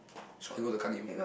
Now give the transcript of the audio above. should I go to the card game